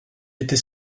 était